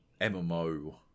MMO